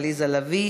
עליזה לביא,